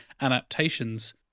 adaptations